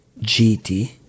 GT